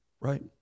right